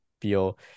feel